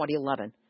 2011